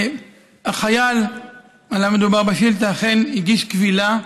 החייל שעליו מדובר בשאילתה אכן הגיש קבילה,